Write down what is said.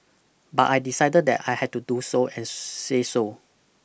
but I decided that I had to do so and say so